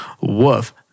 Woof